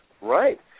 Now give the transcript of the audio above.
right